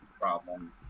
problems